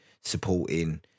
supporting